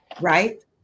right